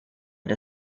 ada